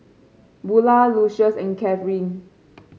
Bula Lucious and Kathyrn